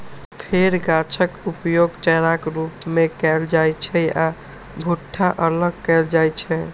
फेर गाछक उपयोग चाराक रूप मे कैल जाइ छै आ भुट्टा अलग कैल जाइ छै